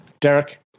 Derek